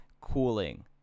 cooling